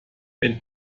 wenn